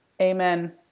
Amen